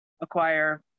acquire